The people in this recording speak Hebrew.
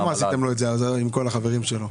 למה הוא לא עבר עם כל החברים שלו?